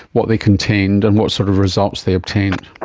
what they contained and what sort of results they obtained.